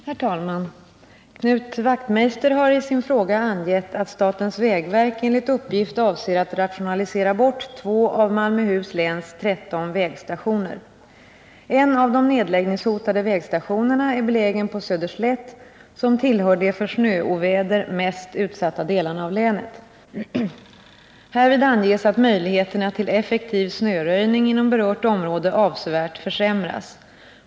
Herr talman! Knut Wachtmeister har i sin fråga angett att statens vägverk enligt uppgift avser att rationalisera bort 2 av Malmöhus läns 13 vägstationer. En av de nedläggningshotade vägstationerna är belägen på Söderslätt, som tillhör de för snöoväder mest utsatta delarna av länet. Härvid anges att möjligheterna till effektiv snöröjning inom berört område avsevärt försämras.